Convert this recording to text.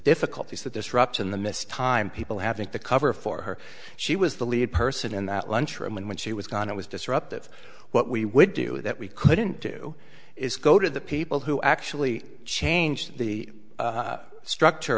difficulty is that this rupture in the midst time people having to cover for her she was the lead person in that lunchroom and when she was gone it was disruptive what we would do that we couldn't do is go to the people who actually change the structure